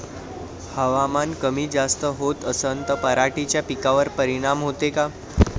हवामान कमी जास्त होत असन त पराटीच्या पिकावर परिनाम होते का?